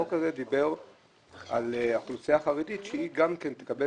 החוק הזה דיבר על האוכלוסייה החרדית שתקבל